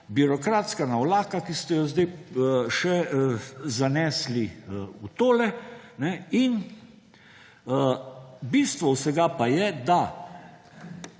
birokratska navlaka, ki ste jo zdaj še zanesli v tole in bistvo vsega pa je, da